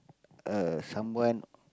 uh someone